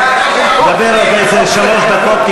דבר עוד איזה שלוש דקות,